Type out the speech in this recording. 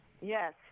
Yes